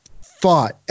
fought